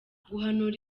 guhanura